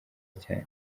cyane